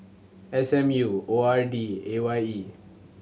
S M U O R D and A Y E